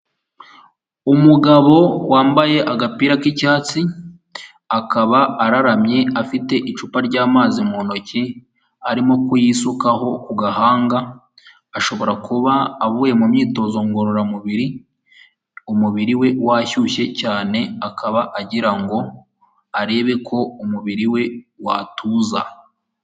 Umugabo wambaye agapira k'icyatsi akaba araramye afite icupa ry'amazi mu ntoki arimo kuyisukaho ku gahanga ashobora kuba avuye mu myitozo ngororamubiri, umubiri we washyushye cyane akaba agira ngo arebe ko umubiri we watuza.